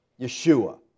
Yeshua